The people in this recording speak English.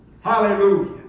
Hallelujah